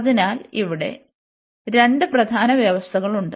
അതിനാൽ ഇവിടെ രണ്ട് പ്രധാന വ്യവസ്ഥകൾ ഉണ്ട്